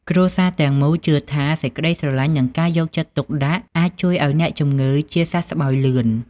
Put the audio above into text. គ្រួសារទាំងមូលជឿថា សេចក្ដីស្រឡាញ់ និងការយកចិត្តទុកដាក់អាចជួយឱ្យអ្នកជំងឺជាសះស្បើយលឿន។